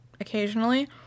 occasionally